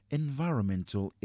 environmental